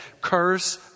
Curse